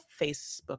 Facebook